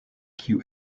kiu